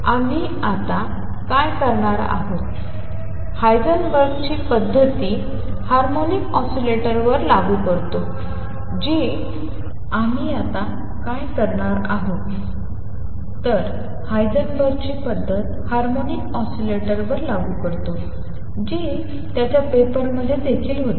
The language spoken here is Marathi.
आम्ही आता काय करणार आहोत हाइसेनबर्गची पद्धत हार्मोनिक ऑसीलेटरवर लागू करतो जी त्याच्या पेपरमध्ये देखील होते